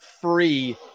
free